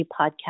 podcast